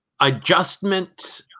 adjustment